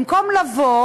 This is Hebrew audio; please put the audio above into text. במקום לבוא